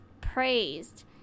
praised